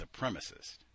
supremacist